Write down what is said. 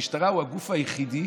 המשטרה היא הגוף היחידי